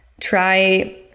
try